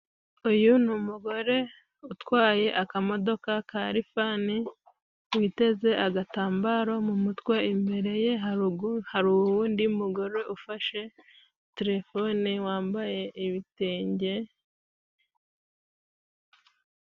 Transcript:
Uyu ni umugore utwaye akamodoka ka rifani, witeze agatambaro mu mutwe, imbere ye haruguru hari uwundi mugore ufashe telefone wambaye ibitenge.